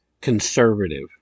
conservative